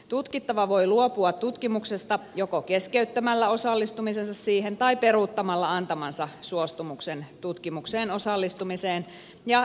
tutkittava voi luopua tutkimuksesta joko keskeyttämällä osallistumisensa siihen tai peruuttamalla antamansa suostumuksen tutkimukseen osallistumiseen ja henkilötietojensa käsittelyyn